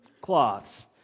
cloths